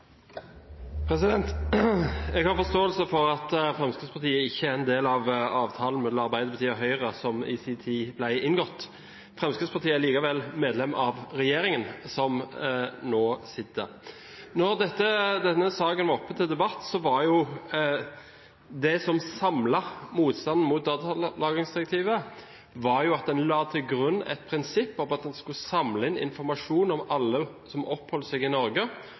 Jeg har forståelse for at Fremskrittspartiet ikke er en del av avtalen som i sin tid ble inngått mellom Arbeiderpartiet og Høyre. Fremskrittspartiet er likevel medlem av regjeringen som nå sitter. Da denne saken var oppe til debatt, var jo det som samlet motstanden mot datalagringsdirektivet, at en la til grunn et prinsipp om at en skulle samle inn informasjon om alle som oppholdt seg i Norge